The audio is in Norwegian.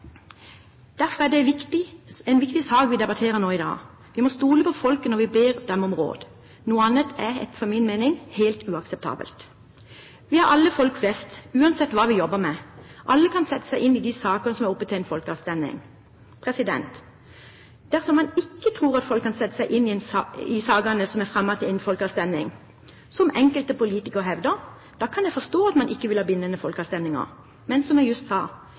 Derfor er det en viktig sak vi debatterer i dag. Vi må stole på folket når vi ber dem om råd. Noe annet er etter min mening helt uakseptabelt. Vi er alle «folk flest», uansett hva vi jobber med. Alle kan sette seg inn i de sakene som er oppe til en folkeavstemning. Dersom man ikke tror at folk kan sette seg inn i sakene som er fremmet til en folkeavstemning, som enkelte politikere hevder, da kan jeg forstå at man ikke vil ha bindende folkeavstemninger. Men som jeg just sa